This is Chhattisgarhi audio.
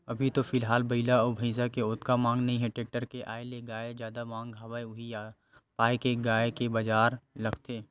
अभी तो फिलहाल बइला अउ भइसा के ओतका मांग नइ हे टेक्टर के आय ले गाय के जादा मांग हवय उही पाय के गाय के बजार लगथे